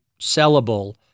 sellable